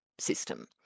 system